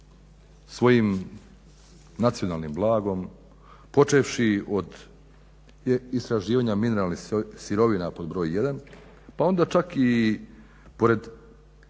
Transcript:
svojim nacionalnim blagom počevši od istraživanja mineralnih sirovina pod broj 1., pa onda čak i pored